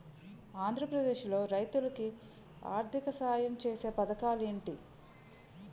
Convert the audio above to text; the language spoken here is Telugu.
ఆంధ్రప్రదేశ్ లో రైతులు కి ఆర్థిక సాయం ఛేసే పథకాలు ఏంటి?